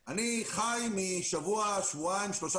יש פה יכולת ייצור גם בכפרים דרוזים, גם בתעשיות